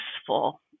useful